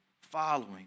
following